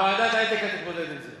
בוועדת האתיקה תתמודד עם זה.